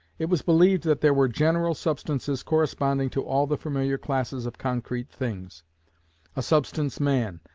it was believed that there were general substances corresponding to all the familiar classes of concrete things a substance man,